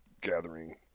gathering